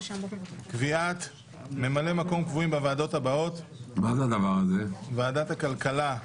קביעת ממלאי מקום קבועים בוועדות הבאות: ועדת הכלכלה,